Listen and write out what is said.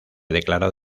declarado